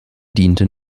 diente